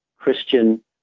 Christian